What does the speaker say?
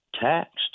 taxed